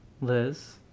liz